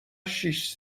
شیش